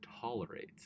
tolerates